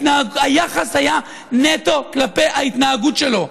היחס היה נטו כלפי ההתנהגות שלו.